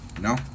No